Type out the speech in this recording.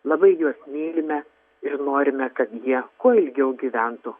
labai juos mylime ir norime kad jie kuo ilgiau gyventų